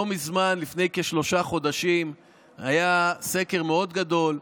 לא מזמן, לפני כשלושה חודשים היה סקר מאוד גדול.